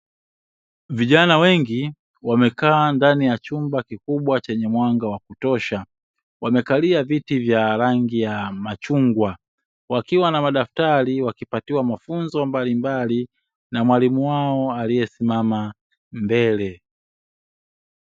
Vijana wengi wamekaa ndani ya chumba kikubwa chenye mwanga wa kutosha wamekalia viti vya rangi ya machungwa wakiwa na madaftari wakipatiwa mafunzo mbalimbali na mwalimu wao aliyesimama mbele.